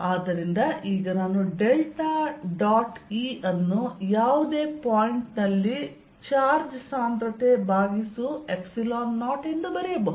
ಆದ್ದರಿಂದ ಈಗ ನಾನು ಡೆಲ್ಟಾ ಡಾಟ್ E ಅನ್ನು ಯಾವುದೇ ಪಾಯಿಂಟ್ ನಲ್ಲಿ ಚಾರ್ಜ್ ಸಾಂದ್ರತೆ ಭಾಗಿಸು 0 ಎಂದು ಬರೆಯಬಹುದು